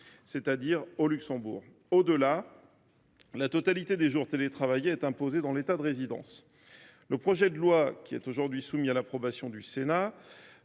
c’est à dire au Luxembourg. Au delà, la totalité des jours télétravaillés est imposée dans l’État de résidence. Le projet de loi aujourd’hui soumis à l’approbation du Sénat